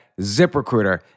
ZipRecruiter